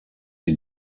sie